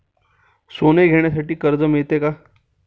सोने घेण्यासाठी कर्ज मिळते का?